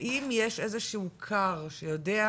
האם יש איזה שהוא כר שיודע